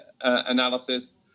analysis